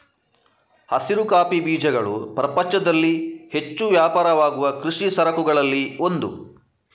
ಹಸಿರು ಕಾಫಿ ಬೀಜಗಳು ಪ್ರಪಂಚದಲ್ಲಿ ಹೆಚ್ಚು ವ್ಯಾಪಾರವಾಗುವ ಕೃಷಿ ಸರಕುಗಳಲ್ಲಿ ಒಂದು